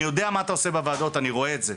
אני יודע מה אתה עושה בוועדות, אני רואה את זה.